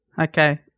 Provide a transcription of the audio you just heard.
Okay